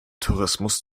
tourismus